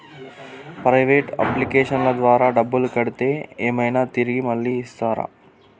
Private అప్లికేషన్ల ద్వారా డబ్బులు కడితే ఏమైనా తిరిగి మళ్ళీ ఇస్తరా?